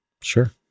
Sure